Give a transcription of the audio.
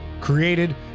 created